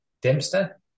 Dempster